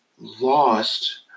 lost